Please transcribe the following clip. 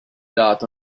dato